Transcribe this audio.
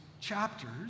chapters